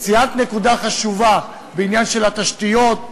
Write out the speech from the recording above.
ציינת נקודה חשובה בעניין התשתיות,